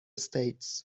states